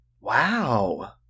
Wow